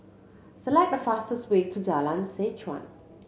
select the fastest way to Jalan Seh Chuan